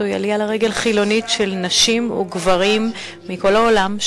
זוהי עלייה לרגל חילונית של נשים וגברים מכל העולם,